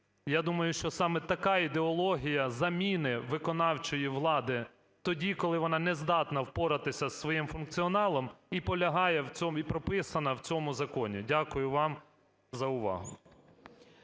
Я думаю, що саме така ідеологія заміни виконавчої влади тоді, коли вона не здатна впоратися з своїм функціоналом, і полягає в цьому, і прописана в цьому законі. Дякую вам за увагу.